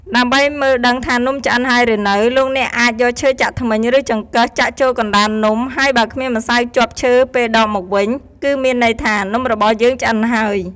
ដើម្បីមើលដឹងថានំឆ្អិនហើយឬនៅ លោកអ្នកអាចយកឈើចាក់ធ្មេញ ឬចង្កឹះចាក់ចូលកណ្ដាលនំ ហើយបើគ្មានម្សៅជាប់ឈើពេលដកមកវិញ គឺមានន័យថា នំរបស់យើងឆ្អិនហើយ។